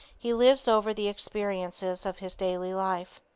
he lives over the experiences of his daily life.